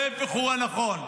ההפך הוא הנכון.